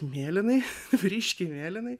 mėlynai ryškiai mėlynai